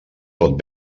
pot